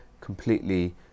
completely